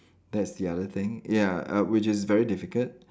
that's the other thing ya uh which is very difficult